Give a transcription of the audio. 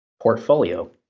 portfolio